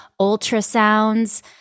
ultrasounds